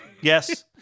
Yes